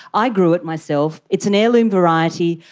i grew it myself. it's an heirloom variety.